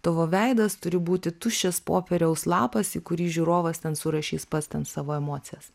tavo veidas turi būti tuščias popieriaus lapas į kurį žiūrovas ten surašys pats ten savo emocijas